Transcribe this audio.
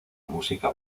música